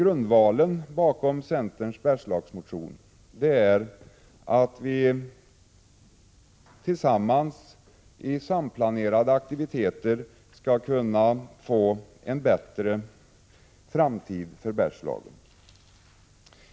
Grundvalen bakom centerns Bergslagsmotion är att vi tillsammans i samplanerade aktiviteter skall kunna få en bättre framtid för Bergslagen.